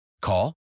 Call